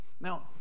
Now